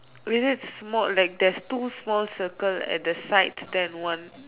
is it small like there's two small circles at the side there